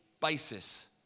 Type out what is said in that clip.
basis